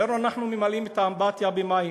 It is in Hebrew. אומר לו: אנחנו ממלאים את האמבטיה במים,